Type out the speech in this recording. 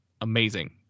amazing